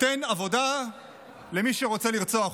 תן עבודה למי שרוצה לרצוח אותך.